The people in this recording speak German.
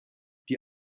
die